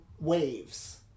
waves